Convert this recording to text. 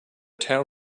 town